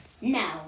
No